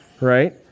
right